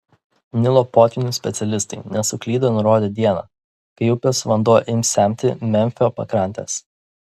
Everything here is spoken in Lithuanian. nilo potvynių specialistai nesuklydo nurodę dieną kai upės vanduo ims semti memfio pakrantes